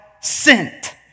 sent